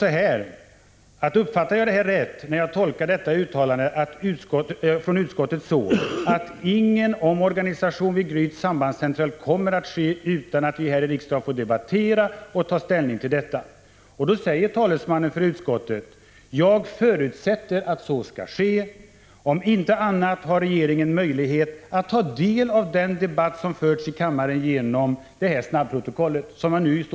Jag sade följande: Uppfattar jag det här rätt, när jag tolkar detta uttalande från utskottet så att ingen omorganisation vid Gryts sambandscentral kommer att ske utan att vi här i riksdagen får debattera och ta ställning till detta? Då svarade utskottets talesman: Jag förutsätter att så skall ske. Om inte annat har regeringen möjlighet att ta del av den debatt som förts i kammaren genom snabbprotokollet.